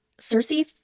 Cersei